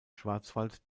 schwarzwald